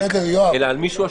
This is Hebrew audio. אלא על השלישי.